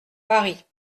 paris